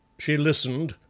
she listened,